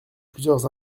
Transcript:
plusieurs